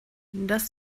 das